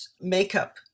makeup